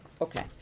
Okay